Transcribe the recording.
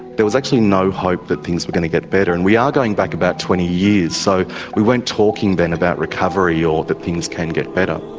there was actually no hope that things were going to get better and we are going back about twenty years, so we weren't talking then about recovery or that things can get better.